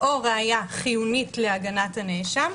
או ראיה חיונית להגנת הנאשם,